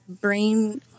brain